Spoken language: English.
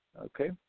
Okay